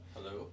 Hello